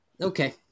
Okay